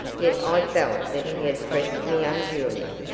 yet i felt that he had pressed me unduly.